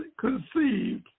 conceived